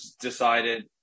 decided